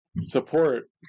support